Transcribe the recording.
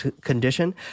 condition